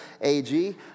AG